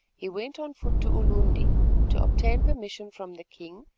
he went on foot to ulundi to obtain permission from the king,